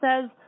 says